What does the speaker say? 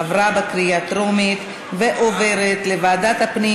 עברה בקריאה טרומית ועוברת לוועדת הפנים